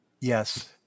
Yes